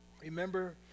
remember